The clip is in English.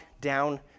down